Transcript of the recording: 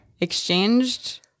Exchanged